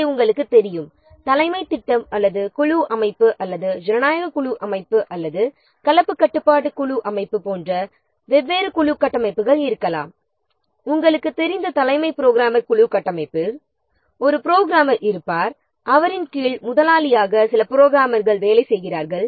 அங்கே உங்களுக்குத் தெரியும் தலைமைத் திட்டம் அல்லது குழு அமைப்பு அல்லது ஜனநாயக குழு அமைப்பு அல்லது கலப்பு கட்டுப்பாட்டு குழு அமைப்பு போன்ற வெவ்வேறு குழு கட்டமைப்புகள் இருக்கலாம் தலைமை புரோகிராமர் குழு கட்டமைப்பில் ஒரு புரோகிராமர் இருப்பார் அவர் முதலாளியாகவும் அவருக்கு கீழ் சில புரோகிராமர்கள் வேலை செய்கிறார்கள்